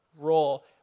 role